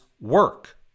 work